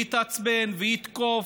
יתעצבן ויתקוף,